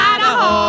Idaho